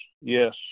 yes